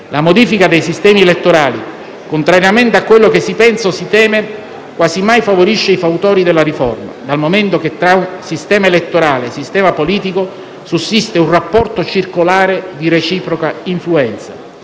la modifica dei sistemi elettorali - contrariamente a quello che si pensa o si teme - quasi mai favorisce i fautori della riforma, dal momento che tra sistema elettorale e sistema politico sussiste un rapporto circolare di reciproca influenza.